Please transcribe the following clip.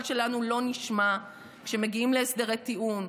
שלנו לא נשמע כשמגיעים להסדרי טיעון,